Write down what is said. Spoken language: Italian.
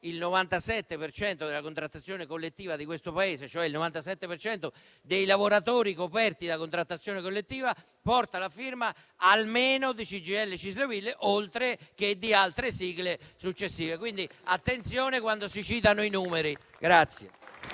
cento della contrattazione collettiva di questo Paese, cioè il 97 per cento dei lavoratori coperti da contrattazione collettiva, porta la firma almeno di CGIL, CISL e UIL, oltre che di altre sigle. Quindi attenzione, quando si citano i numeri.